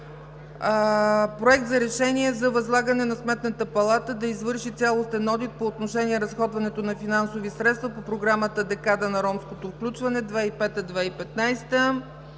Проект за решение за възлагане на Сметната палата да извърши цялостен одит по отношение разходването на финансови средства по програмата „Декада на ромското включване 2005